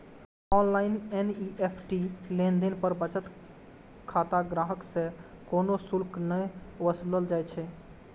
online NEFT लेनदेन पर बचत खाता ग्राहक सं कोनो शुल्क नै वसूलल जाइ छै